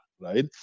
right